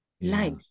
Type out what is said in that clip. life